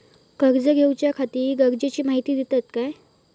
कर्ज घेऊच्याखाती गरजेची माहिती दितात काय?